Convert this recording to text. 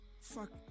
Fuck